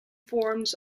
forms